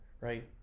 right